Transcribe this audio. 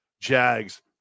Jags